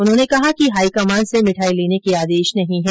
उन्होंने कहा कि हाई कमान से मिठाई लेने के आदेश नहीं है